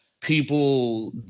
people